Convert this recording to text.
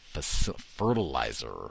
Fertilizer